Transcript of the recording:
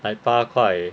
like 八块